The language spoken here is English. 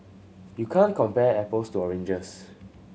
you can't compare apples to oranges